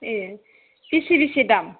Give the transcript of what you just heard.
ए बेसे बेसे दाम